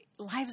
lives